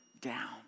down